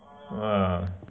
ah